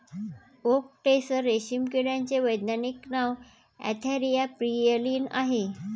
okay tasar रेशीम किड्याचे वैज्ञानिक नाव अँथेरिया प्रियलीन आहे